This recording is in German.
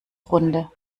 runde